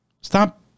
Stop